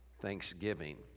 Thanksgiving